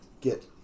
get